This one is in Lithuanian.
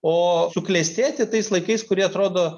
o suklestėti tais laikais kurie atrodo